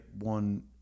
one